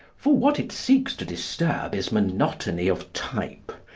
for what it seeks to disturb is monotony of type,